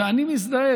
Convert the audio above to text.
ואני מזדהה.